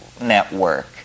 network